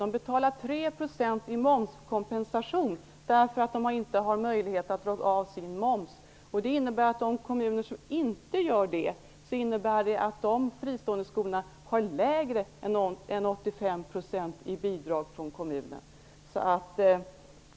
Den kommunen betalar 3 % i momskompensation eftersom man inte har möjlighet att dra av momsen. Det innebär att fristående skolor i kommuner som inte gör det har mindre än 85 % i bidrag från kommunen.